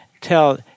tell